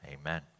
Amen